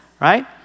right